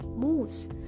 moves